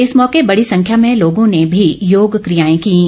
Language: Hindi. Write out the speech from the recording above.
इस मौके बड़ी संख्या में लोगों ने भी योग कियाए कीं